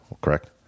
correct